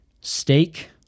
Steak